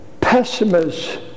pessimists